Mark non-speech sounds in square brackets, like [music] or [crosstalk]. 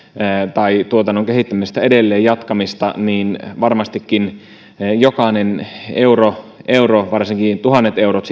tai tuotannon kehittämistä edelleen ja jatkamista niin varmastikin jokainen euro euro varsinkin tuhannet eurot [unintelligible]